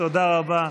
תודה רבה,